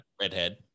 redhead